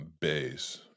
base